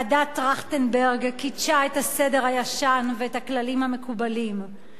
ועדת-טרכטנברג קידשה את הסדר הישן ואת הכללים המקובלים,